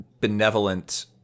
benevolent